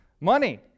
money